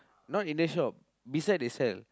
not Indian shop beside they sell